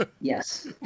Yes